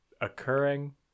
occurring